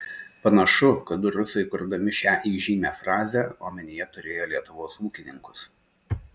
panašu kad rusai kurdami šią įžymią frazę omenyje turėjo lietuvos ūkininkus